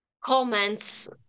comments